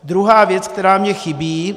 Druhá věc, která mi chybí.